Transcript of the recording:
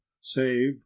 save